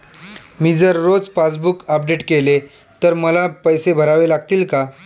मी जर रोज passbook update केले तर मला पैसे भरावे लागतील का?